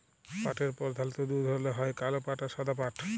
পাটের পরধালত দু ধরলের হ্যয় কাল পাট আর সাদা পাট